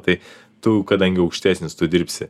tai tu kadangi aukštesnis tu dirbsi